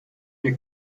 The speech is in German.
ihr